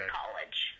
college